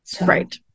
right